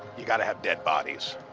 you got to have dead bodies.